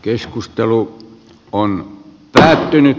keskustelu on päättynyt